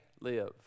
live